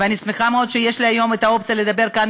ואני שמחה מאוד שיש לי היום אופציה לדבר כאן,